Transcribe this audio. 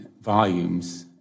volumes